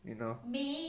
you know